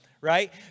right